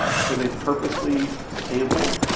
so they purposely sampled.